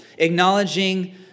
Acknowledging